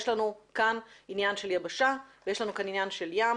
יש לנו כאן עניין של יבשה ויש לנו כאן עניין של ים